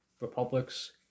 republics